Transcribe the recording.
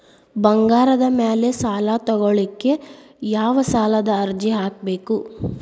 ಬಂಗಾರದ ಮ್ಯಾಲೆ ಸಾಲಾ ತಗೋಳಿಕ್ಕೆ ಯಾವ ಸಾಲದ ಅರ್ಜಿ ಹಾಕ್ಬೇಕು?